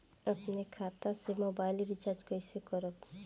अपने खाता से मोबाइल रिचार्ज कैसे करब?